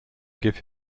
give